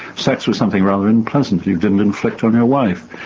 sex was something rather unpleasant you didn't inflict on your wife.